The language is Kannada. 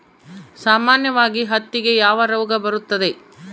ಸಾಮಾನ್ಯವಾಗಿ ಹತ್ತಿಗೆ ಯಾವ ರೋಗ ಬರುತ್ತದೆ?